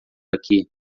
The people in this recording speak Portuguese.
aqui